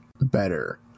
better